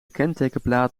kentekenplaat